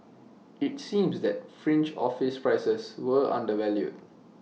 IT seems that fringe office prices were undervalued